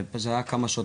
וזה היה רק כמה שעות,